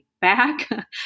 back